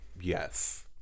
Yes